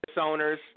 owners